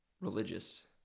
religious